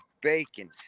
bacon